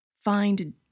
Find